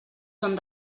són